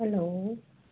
hello